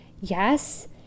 yes